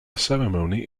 ceremony